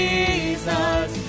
Jesus